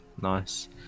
nice